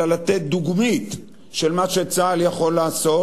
אלא לתת דוגמית של מה שצה"ל יכול לעשות,